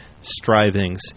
strivings